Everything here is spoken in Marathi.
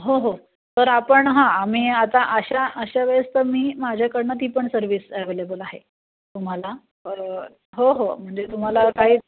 हो हो तर आपण हा आम्ही आता अशा अशा वेळेस तर मी माझ्याकडून ती पण सर्विस ॲवेलेबल आहे तुम्हाला हो हो म्हणजे तुम्हाला काही